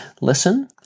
Listen